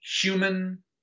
human